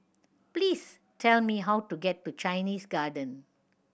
please tell me how to get to Chinese Garden